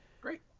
Great